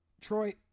Troy